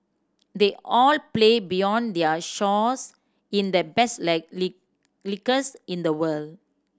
they all play beyond their shores in the best leagues in the world